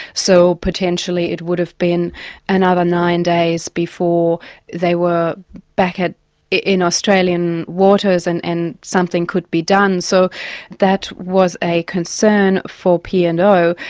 so potentially it would have been another nine days before they were back in australian waters and and something could be done. so that was a concern for p and o,